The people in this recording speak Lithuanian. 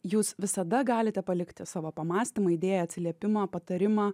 jūs visada galite palikti savo pamąstymą idėją atsiliepimą patarimą